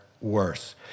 worse